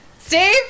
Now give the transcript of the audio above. Steve